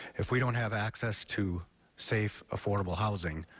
if we don't have access to safe, affordable housing,